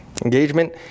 engagement